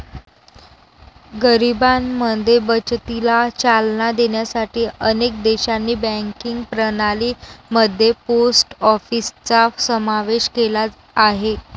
गरिबांमध्ये बचतीला चालना देण्यासाठी अनेक देशांनी बँकिंग प्रणाली मध्ये पोस्ट ऑफिसचा समावेश केला आहे